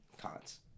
Cons